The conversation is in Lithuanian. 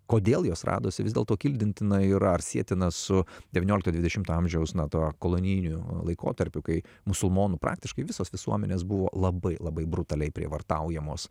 kodėl jos radosi vis dėl to kildintina yra ar sietina su devyniolikto ar dvidešimto amžiaus na tuo kolonijiniu laikotarpiu kai musulmonų praktiškai visos visuomenės buvo labai labai brutaliai prievartaujamos